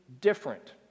different